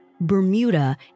Bermuda